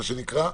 מה שנקרא.